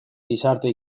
gizarte